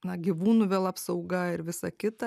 na gyvūnų vėl apsauga ir visa kita